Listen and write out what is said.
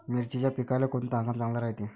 मिर्चीच्या पिकाले कोनता हंगाम चांगला रायते?